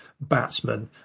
batsman